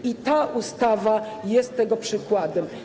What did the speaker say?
I ta ustawa jest tego przykładem.